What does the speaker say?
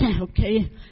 okay